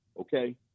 okay